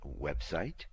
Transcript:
website